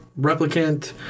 replicant